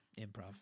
Improv